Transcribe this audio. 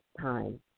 time